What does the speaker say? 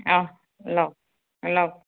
অঁ লওক লওক